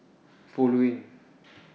following